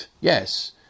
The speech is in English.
Yes